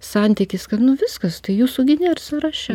santykis kad nu viskas tai jūsų gi nėr sąraše